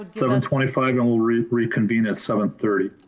seven twenty five and we'll reconvene at seven thirty.